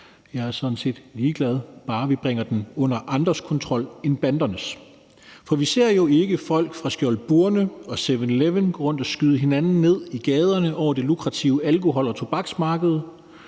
Jeg er sådan set ligeglad, bare vi bringer den under andres kontrol end bandernes. For vi ser jo ikke folk fra Skjold Burne og 7-Eleven gå rundt og skyde hinanden ned i gaderne over det lukrative alkohol- og tobaksmarked,